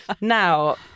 Now